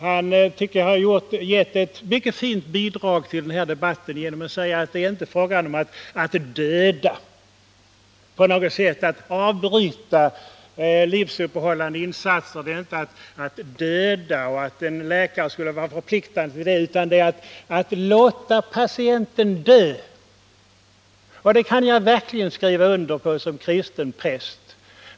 Jag tycker att han gett ett mycket fint bidrag till den här debatten genom att säga att ett avbrytande av livsuppehållande insatser inte på något sätt är att döda och att därför en läkare inte skulle vara förpliktigad till livsuppehållande insatser; vad det gäller är att låta en patient dö. Det kan jag som kristen präst verkligen skriva under.